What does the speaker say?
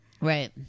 Right